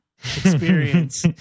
experience